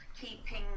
keeping